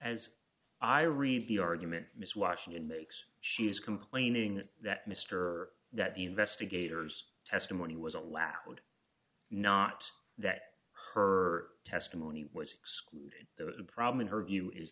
as i read the argument miss washington makes she is complaining that mr that the investigators testimony was allowed not that her testimony was excluded there was a problem in her view is